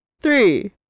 three